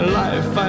life